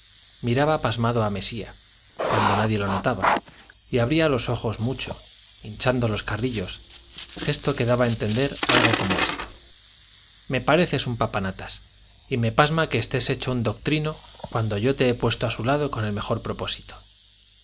miraba pasmada a mesía cuando nadie lo notaba y abría los ojos mucho hinchando los carrillos gesto que daba a entender algo como esto me pareces un papanatas y me pasma que estés hecho un doctrino cuando yo te he puesto a su lado con el mejor propósito